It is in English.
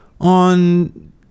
on